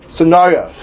Scenario